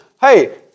hey